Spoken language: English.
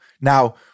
Now